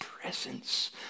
presence